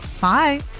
Bye